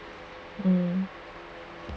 um